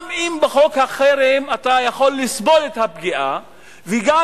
גם אם בחוק החרם אתה יכול לסבול את הפגיעה וגם